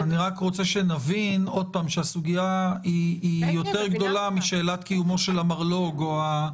רק שנבין שהסוגיה יותר גדולה משאלת קיומו של המרלוג או המתקן המתאים.